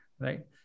Right